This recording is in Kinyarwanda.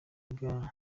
bwa